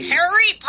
Harry